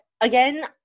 Again